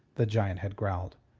the giant had growled.